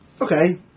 Okay